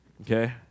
okay